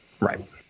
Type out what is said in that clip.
Right